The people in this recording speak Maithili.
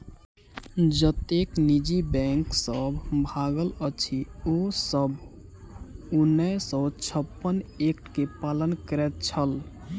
जतेक निजी बैंक सब भागल अछि, ओ सब उन्नैस सौ छप्पन एक्ट के पालन करैत छल